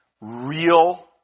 real